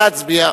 נא להצביע.